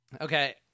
Okay